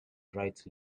rights